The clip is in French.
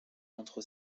entre